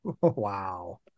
wow